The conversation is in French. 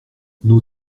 nos